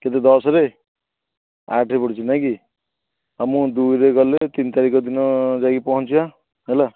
କେବେ ଦଶରେ ଆଠରେ ପଡ଼ୁଛି ନାଇଁକି ହଁ ମୁଁ ଦୁଇରେ ଗଲେ ତିନି ତାରିଖ ଦିନ ଯାଇକି ପହଁଞ୍ଚିବା ହେଲା